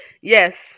Yes